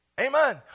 Amen